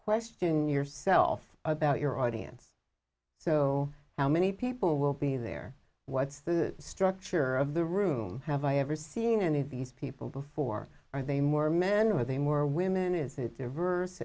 question yourself about your audience so how many people will be there what's the structure of the room have i ever seen any of these people before are they more men were they more women is it diverse